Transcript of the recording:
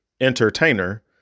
entertainer